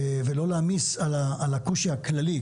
ולא להעמיס על הקושי הכללי,